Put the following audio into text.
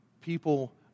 people